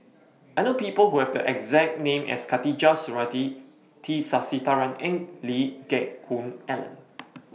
I know People Who Have The exact name as Khatijah Surattee T Sasitharan and Lee Geck Hoon Ellen